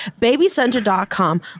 Babycenter.com